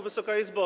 Wysoka Izbo!